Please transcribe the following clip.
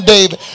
David